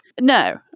No